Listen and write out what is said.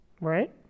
Right